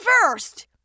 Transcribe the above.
first